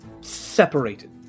separated